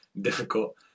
difficult